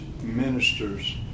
ministers